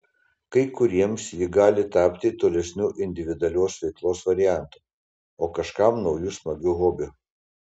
kai kuriems ji gali tapti tolesniu individualios veiklos variantu o kažkam nauju smagiu hobiu